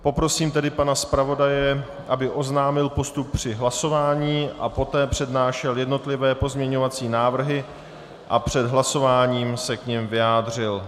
Poprosím tedy pana zpravodaje, aby oznámil postup při hlasování a poté přednášel jednotlivé pozměňovací návrhy a před hlasováním se k nim vyjádřil.